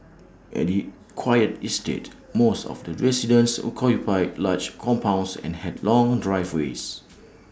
at the quiet estate most of the residences occupied large compounds and had long driveways